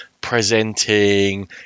presenting